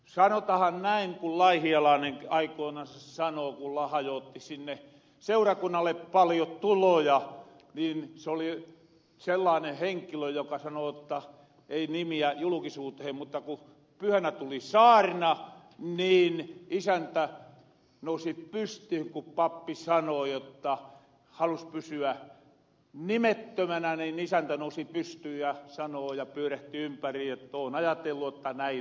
sanotahan näin ku laihialainen aikoinansa sano ku lahajootti sinne seurakunnalle paljo tuloja niin se oli sellaanen henkilö joka sano jotta ei nimiä julkisuutehen mutta ku pyhänä tuli saarna ja ku pappi sano jotta halus pysyä nimettömänä niin isäntä nousi pystyyn ja pyörähti ympäri ja tohmajärvi vuotta tai